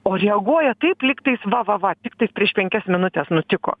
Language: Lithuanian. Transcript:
o reaguoja taip lygtais va va va tik prieš penkias minutes nutiko